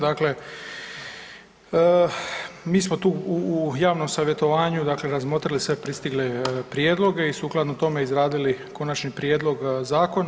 Dakle, mi smo tu u javnom savjetovanju, dakle razmotrili sve pristigle prijedloge i sukladno tome izradili konačni prijedlog zakona.